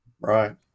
Right